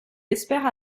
espère